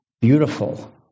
beautiful